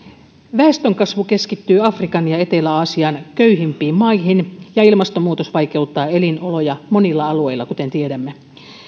väestönkasvu keskittyy afrikan ja etelä aasian köyhimpiin maihin ja ilmastonmuutos vaikeuttaa elinoloja monilla alueilla kuten tiedämme